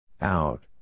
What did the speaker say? Out